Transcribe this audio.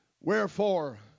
Wherefore